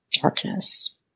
darkness